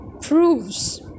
proves